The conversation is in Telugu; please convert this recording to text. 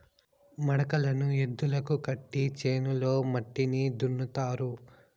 మడకలను ఎద్దులకు కట్టి చేనులో మట్టిని దున్నుతారు